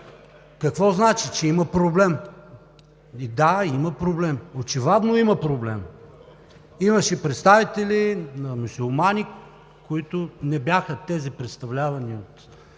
Какво значи, че има проблем? Да, има проблем, очевадно има проблем. Имаше представители на мюсюлманите, които не бяха тези, представлявани